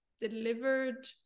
delivered